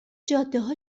جادهها